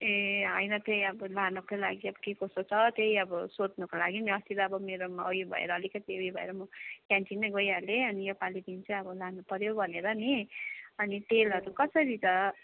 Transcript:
ए होइन त्यही अब लानुकै लागि अब के कसो छ त्यही अब सोध्नुको लागि नि अस्ति त अब मेरोमा उयो भएर अलिकति उयो भएर म क्यान्टिनै गइहालेँ अनि यस पालिदेखि चाहिँ अब लानुपर्यो भनेर नि अनि तेलहरू कसरी छ